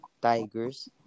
Tigers